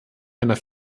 einer